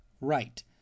Right